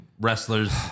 wrestlers